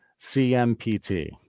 CMPT